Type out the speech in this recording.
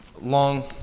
Long